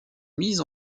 mise